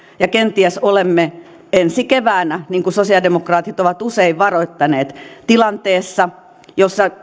kenties olemme ensi keväänä niin kuin sosialidemokraatit ovat usein varoittaneet tilanteessa jossa